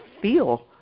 feel